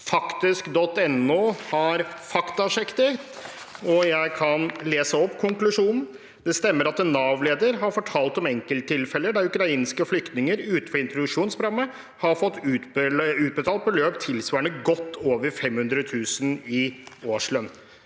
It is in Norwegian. faktisk.no har faktasjekket det. Jeg kan lese opp konklusjonen: «Det stemmer at en Nav-leder har fortalt om enkelttilfeller der ukrainske flyktninger utenfor introduksjonsprogrammet har fått utbetalt beløp tilsvarende «godt over 500 000 i årslønn».»